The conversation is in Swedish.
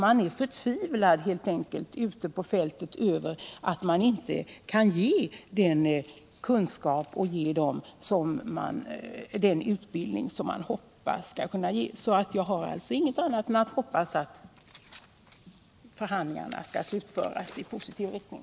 Ute på fältet är man helt enkelt förtvivlad över att inte kunna ge den kunskap och den utbildning som man hoppats på. Jag önskar inget annat än att förhandlingarna skall kunna slutföras i positiv riktning.